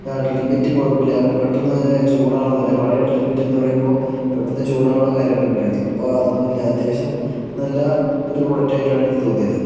ഇപ്പം ഡ്രിൽബിറ്റും കുഴപ്പമില്ല അങ്ങനെ പെട്ടന്ന് ചൂടാകണൊന്നുമില്ല പഴയ ഡ്രിൽ ഡ്രിൽബിറ്റെന്നു പറയുമ്പോൾ പെട്ടെന്ന് ചൂടാകണ കാര്യങ്ങളൊക്കെ ഉണ്ടായിരുന്നു ഇപ്പോൾ യാതൊന്നുമില്ല അത്യാവശ്യം നല്ല ഒരു പ്രോഡക്റ്റ് ആയിട്ടാണ് എനിക്ക് തോന്നിയത്